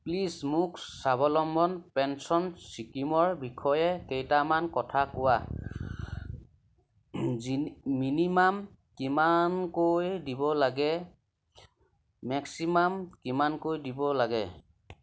please মোক Swavalamban pension স্কীমৰ বিষয়ে কেইটামান কথা কোৱা মিনিমাম কিমানকৈ দিব লাগে মেক্সিমাম কিমানকৈ দিব লাগে